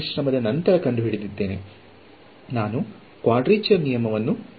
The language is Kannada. ಇದು ಪ್ರತಿ ವಿಭಾಗದ ನಡುವೆ ಒಂದು ಪ್ಯಾರಾಬೋಲಾಕ್ಕೆ ಸರಿಹೊಂದುತ್ತದೆ ಮತ್ತು ನಂತರ ಅಂದಾಜು ಉತ್ತಮವಾಗಿರುತ್ತದೆ